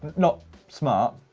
not smart,